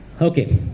Okay